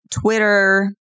Twitter